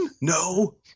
No